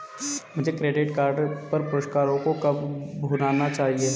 मुझे credit card पर पुरस्कारों को कब भुनाना चाहिए?